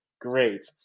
Great